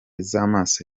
z’amaso